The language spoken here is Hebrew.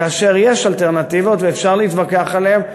כאשר יש אלטרנטיבות שאפשר להתווכח עליהן.